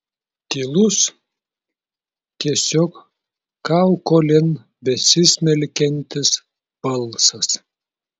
tylus tiesiog kaukolėn besismelkiantis balsas